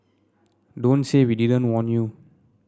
don't say we didn't warn you